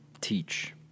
teach